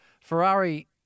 Ferrari